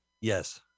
Yes